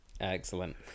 Excellent